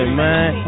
man